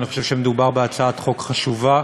אני חושב שמדובר בהצעת חוק חשובה.